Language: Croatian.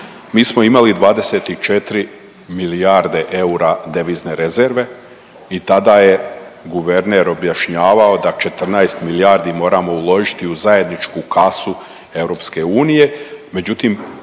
mi smo imali 24 milijarde eura devizne rezerve i tada je guverner objašnjavao da 14 milijardi moramo uložiti u zajedničku kasu EU,